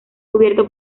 cubierto